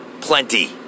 plenty